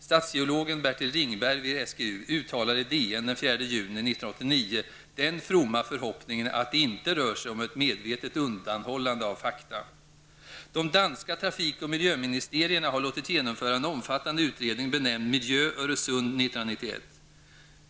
Statsgeologen Bertil Ringberg vid SGU uttalade i DN den 4 juni 1989 den fromma förhoppningen att det inte rör sig om ett medvetet undanhållande av fakta. De danska trafik och miljöministerierna har låtit genomföra en omfattande utredning benämnd Milj ?resund 1991.